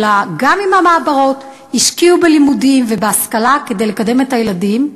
אלא גם במעברות השקיעו בלימודים ובהשכלה כדי לקדם את הילדים.